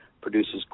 produces